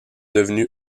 devenu